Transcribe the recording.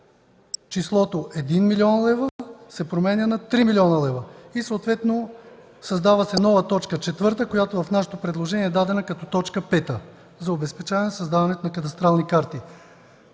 числото 1 млн. лв. се променя на 3 млн. лв. Съответно се създава нова т. 4, която в нашето предложение е дадена като т. 5 – за обезпечаване създаването на кадастрални карти.